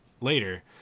later